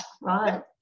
Right